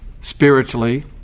spiritually